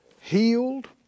healed